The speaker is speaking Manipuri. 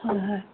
ꯍꯣꯏ ꯍꯣꯏ